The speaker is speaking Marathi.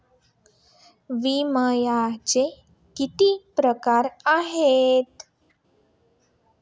विम्याचे किती प्रकार आहेत?